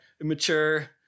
immature